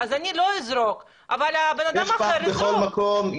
אז אני לא אזרוק אבל בן אדם אחר יזרוק.